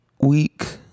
week